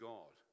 God